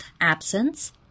absence